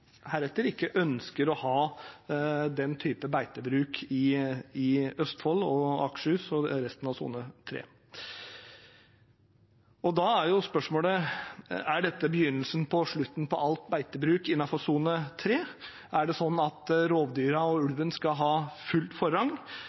heretter ikke ønsker å ha den type beitebruk i Østfold, i Akershus og i resten av sone 3. Da er spørsmålet: Er dette begynnelsen på slutten for alt beitebruk innenfor sone 3? Skal rovdyrene og ulven ha full forrang? Eller skal vi fortsatt kunne ha